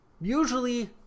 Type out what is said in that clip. usually